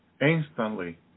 instantly